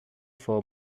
for